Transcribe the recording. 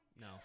No